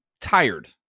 tired